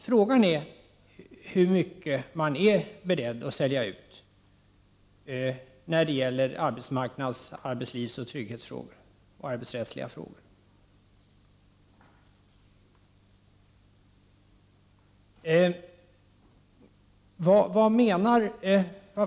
Frågan är hur mycket ni är beredda att sälja ut när det gäller frågor som berör arbetsmarknad, arbetsliv, trygghet på arbetsmarknaden och arbetsrätt.